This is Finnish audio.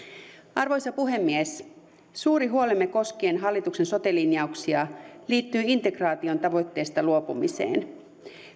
arvoisa puhemies suuri huolemme koskien hallituksen sote linjauksia liittyy integraation tavoitteesta luopumiseen